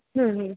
हाँ हाँ